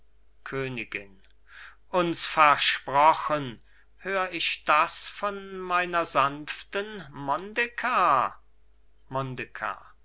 königin uns versprochen hör ich das von meiner sanften mondekar mondekar